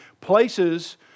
places